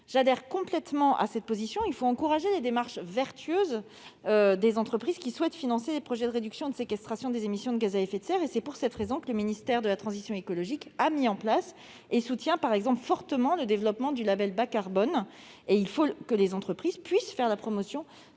j'adhère complètement à cette position. Il faut encourager les démarches vertueuses des entreprises qui souhaitent financer des projets de réduction ou de séquestration des émissions de gaz à effet de serre. C'est pour cette raison que le ministère de la transition écologique a mis en place et soutient fortement le développement du label Bas-carbone- c'est un exemple. Il faut que les entreprises puissent faire la promotion